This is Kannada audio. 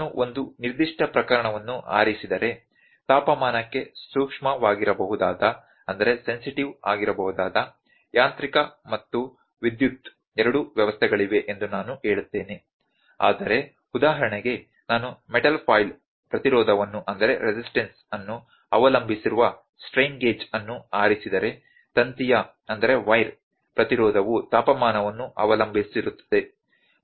ನಾನು ಒಂದು ನಿರ್ದಿಷ್ಟ ಪ್ರಕರಣವನ್ನು ಆರಿಸಿದರೆ ತಾಪಮಾನಕ್ಕೆ ಸೂಕ್ಷ್ಮವಾಗಿರಬಹುದಾದ ಯಾಂತ್ರಿಕ ಮತ್ತು ವಿದ್ಯುತ್ ಎರಡೂ ವ್ಯವಸ್ಥೆಗಳಿವೆ ಎಂದು ನಾನು ಹೇಳುತ್ತೇನೆ ಆದರೆ ಉದಾಹರಣೆಗೆ ನಾನು ಮೆಟಲ್ ಫಾಯಿಲ್ ಪ್ರತಿರೋಧವನ್ನು ಅವಲಂಬಿಸಿರುವ ಸ್ಟ್ರೈನ್ ಗೇಜ್ ಅನ್ನು ಆರಿಸಿದರೆ ತಂತಿಯ ಪ್ರತಿರೋಧವು ತಾಪಮಾನವನ್ನು ಅವಲಂಬಿಸಿರುತ್ತದೆ